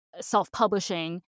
self-publishing